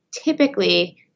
typically